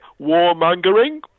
warmongering